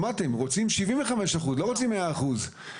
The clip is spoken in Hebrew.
שמעתם, רוצים 75 אחוזים ולא ורצים 100 אחוזים.